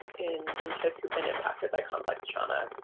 in in kids who've been impacted by complex trauma.